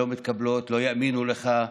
לא יאמינו לך.